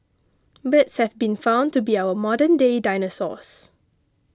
birds have been found to be our modernday dinosaurs